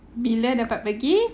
bila dapat pergi